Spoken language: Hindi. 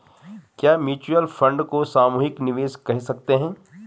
क्या म्यूच्यूअल फंड को सामूहिक निवेश कह सकते हैं?